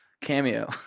cameo